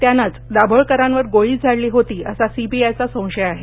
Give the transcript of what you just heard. त्यानंच दाभोळकरांवर गोळी झाडली होती असा सी बी आयचा संशय आहे